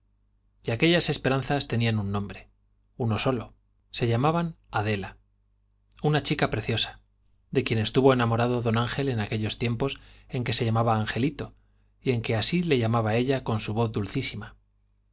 y aquellas esperanzas tenían un solo se llamaban nombre uno adela una chica preciosa de estuvo enamorado do ángel en quien que se llamaba aquellos tiempos en con angelito y en que así le llamaba ella su voz dulcísima